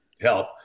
help